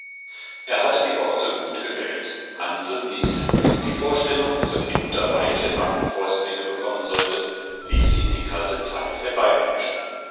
er hatte die worte gut gewählt hansl nickte die vorstellung daß die mutter weiche warme fäustlinge bekommen sollte ließ ihn die kalte zeit